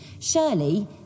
Shirley